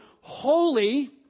holy